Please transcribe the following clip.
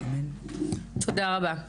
תודה רבה.